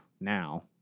now